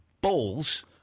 balls